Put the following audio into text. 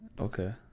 Okay